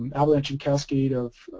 and avalanching cascade of,